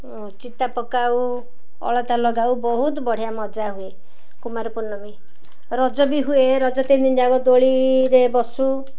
ଚିତା ପକାଉ ଅଳତା ଲଗାଉ ବହୁତ ବଢ଼ିଆ ମଜା ହୁଏ କୁମାର ପୂର୍ଣ୍ଣମୀ ରଜ ବି ହୁଏ ରଜ ତିନ ଦିନ ଯାକ ଦୋଳିରେ ବସୁ